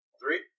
Three